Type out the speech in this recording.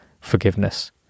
forgiveness